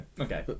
Okay